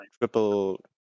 triple